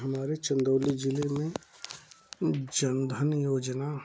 हमारे चंदौली ज़िले में जन धन योजना